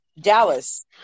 Dallas